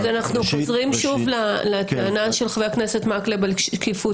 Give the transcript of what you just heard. אז אנחנו חוזרים שוב לטענה של חבר הכנסת מקלב על השקיפות.